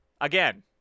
Again